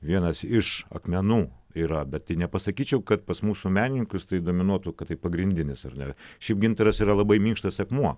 vienas iš akmenų yra bet tai nepasakyčiau kad pas mūsų menininkus tai dominuotų kad pagrindinis ir ne šiaip gintaras yra labai minkštas akmuo